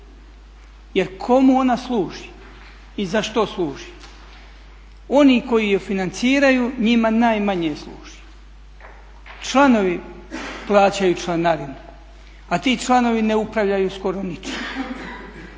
Jer komu ona služi i za što služi? Oni koji je financiraju njima najmanje služi. Članovi plaćaju članarinu a ti članovi ne upravljaju skoro ničim.